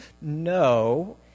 no